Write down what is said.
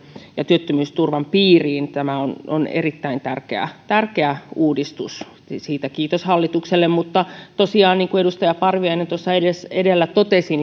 ja työttömyysturvan piiriin tämä on on erittäin tärkeä tärkeä uudistus siitä kiitos hallitukselle mutta tosiaan niin kuin edustaja parviainen edellä totesi